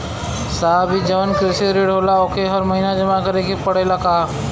साहब ई जवन कृषि ऋण होला ओके हर महिना जमा करे के पणेला का?